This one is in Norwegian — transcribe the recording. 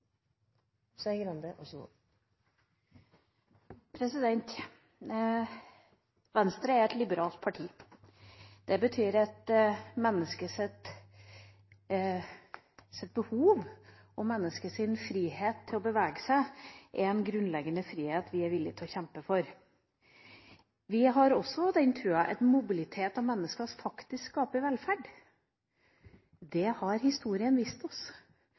frihet til å bevege seg er en grunnleggende frihet vi er villig til å kjempe for. Vi har også den troen at mobilitet hos mennesker faktisk skaper velferd. Det har historien vist oss.